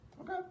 Okay